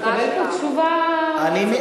אתה מקבל פה תשובה אופטימית.